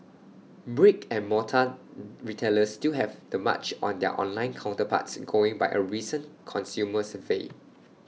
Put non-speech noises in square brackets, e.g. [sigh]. brick and mortar [hesitation] retailers still have the March on their online counterparts going by A recent consumer survey